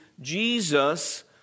Jesus